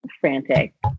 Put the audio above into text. frantic